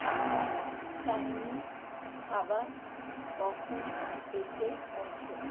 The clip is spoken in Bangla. আমার চাইনিজ খাবার কখন এসে পৌঁছবে